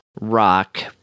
rock